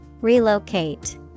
Relocate